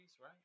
right